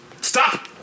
Stop